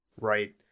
Right